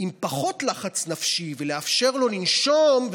עם פחות לחץ נפשי ולאפשר לו לנשום,